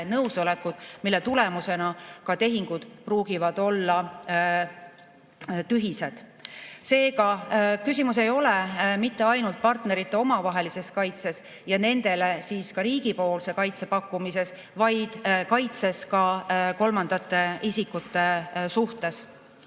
nõusolekut. Selle tõttu võivad tehingud olla tühised. Seega küsimus ei ole mitte ainult partnerite kaitses nende omavahelises suhtes ja nendele siis ka riigipoolse kaitse pakkumises, vaid kaitses ka kolmandate isikute suhtes.